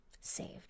Saved